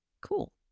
Cool